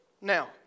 Now